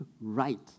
right